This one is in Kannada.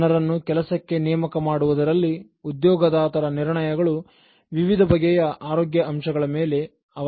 ಜನರನ್ನು ಕೆಲಸಕ್ಕೆ ನೇಮಕ ಮಾಡುವುದರಲ್ಲಿ ಉದ್ಯೋಗದಾತರ ನಿರ್ಣಯಗಳು ವಿವಿಧ ಬಗೆಯ ಆರೋಗ್ಯ ಅಂಶಗಳ ಮೇಲೆ ಅವಲಂಬನೆಯಾಗಿರುತ್ತದೆ